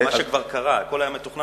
אבל, מה שכבר קרה, הכול היה מתוכנן?